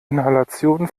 inhalation